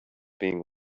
being